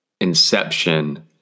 inception